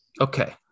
Okay